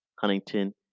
Huntington